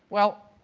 well,